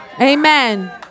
Amen